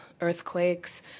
earthquakes